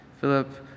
Philip